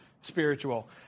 spiritual